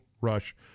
Rush